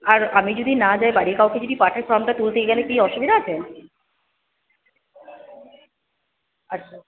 আর আমি যদি না যাই বাড়ির কাউকে যদি পাঠাই ফর্মটা তুলতে কী অসুবিধা আছে আচ্ছা